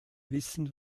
wissen